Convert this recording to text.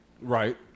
Right